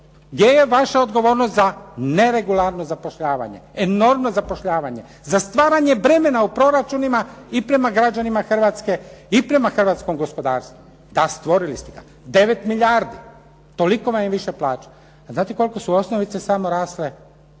gdje je vaša odgovornost za neregularno zapošljavanje, enormno zapošljavanje, za stvaranje bremena u proračunima i prema građanima Hrvatske i prema hrvatskom gospodarstvu. Da, stvorili ste ga 9 milijardi. Toliko vam je više plaća. A znate koliko su osnovice samo rasle?